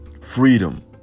Freedom